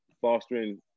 fostering